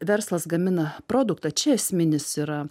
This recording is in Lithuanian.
verslas gamina produktą čia esminis yra